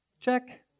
check